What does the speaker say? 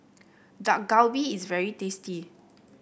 Dak Galbi is very tasty